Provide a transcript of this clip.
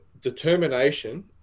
determination